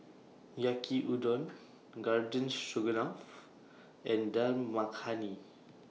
Yaki Udon Garden Stroganoff and Dal Makhani